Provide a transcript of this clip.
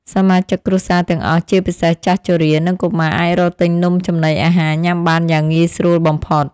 សមាជិកគ្រួសារទាំងអស់ជាពិសេសចាស់ជរា និងកុមារអាចរកទិញនំចំណីអាហារញ៉ាំបានយ៉ាងងាយស្រួលបំផុត។